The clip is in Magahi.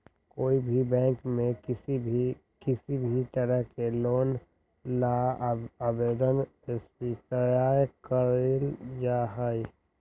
कोई भी बैंक में किसी भी तरह के लोन ला आवेदन स्वीकार्य कइल जाहई